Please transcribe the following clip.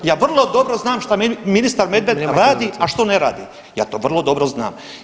Ja vrlo dobro znam šta ministar Medved radi, a šta ne radi, ja to vrlo dobro znam.